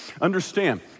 understand